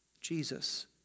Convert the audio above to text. Jesus